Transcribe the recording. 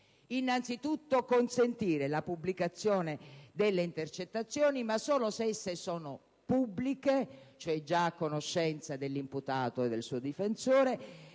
Innanzitutto, consentire la pubblicazione delle intercettazioni, ma solo se esse sono pubbliche (cioè già a conoscenza dell'imputato e del suo difensore)